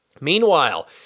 Meanwhile